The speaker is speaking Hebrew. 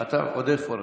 עודד פורר.